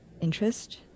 interest